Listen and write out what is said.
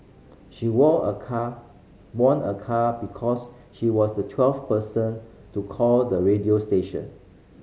she war a car won a car because she was the twelfth person to call the radio station